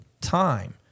time